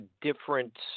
different